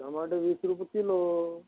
टमाटे वीस रुपये किलो